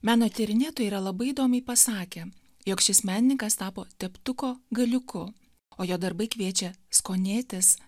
meno tyrinėtojai yra labai įdomiai pasakę jog šis menininkas tapo teptuko galiuku o jo darbai kviečia skonėtis